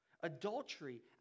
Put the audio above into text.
Adultery